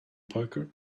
poker